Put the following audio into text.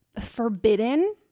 forbidden